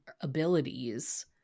abilities